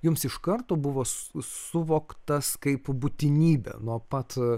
jums iš karto buvo su suvoktas kaip būtinybė nuo pat